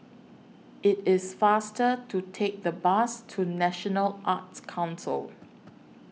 IT IS faster to Take The Bus to National Arts Council